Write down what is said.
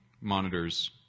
monitors